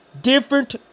different